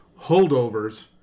holdovers